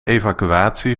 evacuatie